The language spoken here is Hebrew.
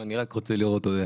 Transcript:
אני רק רוצה לראות.